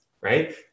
right